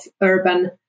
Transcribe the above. urban